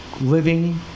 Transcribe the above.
living